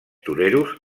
toreros